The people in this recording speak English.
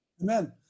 Amen